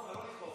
מה ההבדל,